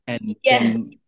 yes